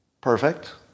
Perfect